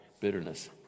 bitterness